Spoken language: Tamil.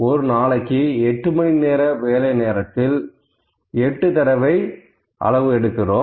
ஒரு நாளைக்கு எட்டு மணி வேலை நேரத்தில் 8 தடவை எடுக்கிறோம்